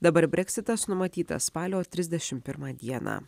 dabar breksitas numatytas spalio trisdešim pirmą dieną